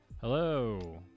Hello